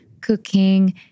cooking